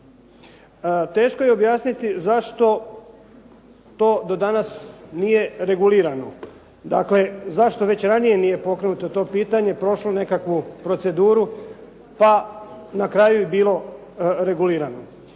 Teško je objasniti zašto to do danas nije regulirano, dakle zašto već ranije nije pokrenuto to pitanje, prošlo nekakvu proceduru pa na kraju je bilo regulirano.